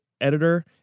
Editor